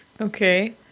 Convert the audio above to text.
Okay